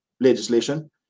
legislation